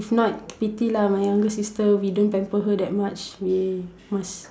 if not pity lah my younger sister we don't pamper her that much we must